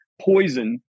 poison